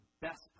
best